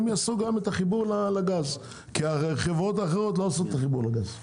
יעשו גם את החיבור לגז כי חברות אחרות לא עושות את החיבור לגז.